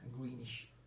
greenish